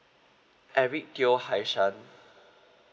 eric teow hai san